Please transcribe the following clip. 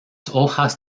hojas